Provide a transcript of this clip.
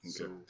Okay